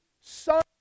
Son